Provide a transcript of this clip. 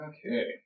Okay